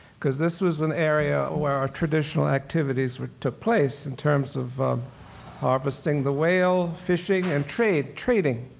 cause this was an area where our traditional activities took place in terms of harvesting the whale, fishing, and trade, trading.